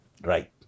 Right